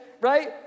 right